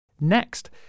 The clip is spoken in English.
Next